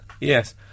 Yes